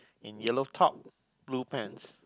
in yellow top blue pants